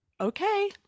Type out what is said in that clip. Okay